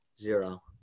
Zero